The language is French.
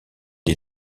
des